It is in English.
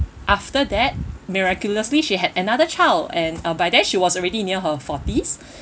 after that miraculously she had another child and uh by then she was already near her forties